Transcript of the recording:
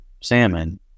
salmon